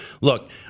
look